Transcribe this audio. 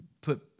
put